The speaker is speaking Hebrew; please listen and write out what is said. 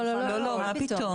לא, מה פתאום.